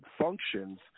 functions –